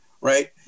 right